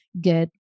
get